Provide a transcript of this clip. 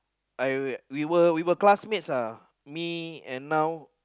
I we were we were classmates ah me and now